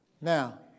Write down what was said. Now